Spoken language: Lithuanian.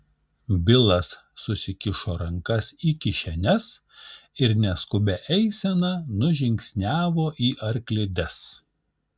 bilas susikišo rankas į kišenes ir neskubia eisena nužingsniavo į arklides